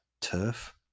turf